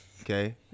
Okay